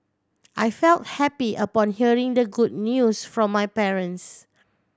I felt happy upon hearing the good news from my parents